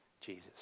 Jesus